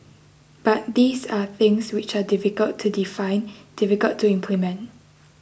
but these are things which are difficult to define difficult to implement